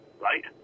right